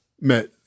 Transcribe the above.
met